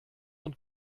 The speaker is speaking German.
und